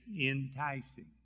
enticing